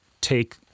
take